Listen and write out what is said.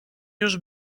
już